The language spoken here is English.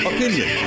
Opinion